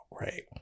right